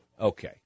Okay